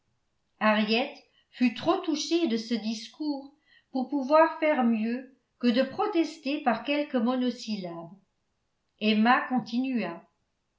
henriette fut trop touchée de ce discours pour pouvoir faire mieux que de protester par quelques monosyllabes emma continua